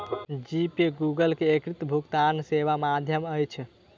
जी Pay Google के एकीकृत भुगतान सेवाक माध्यम अछि